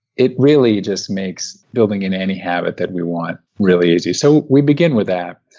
it really just makes building in any habit that we want really easy, so we begin with that.